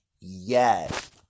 Yes